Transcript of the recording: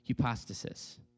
hypostasis